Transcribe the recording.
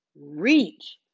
reach